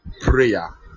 prayer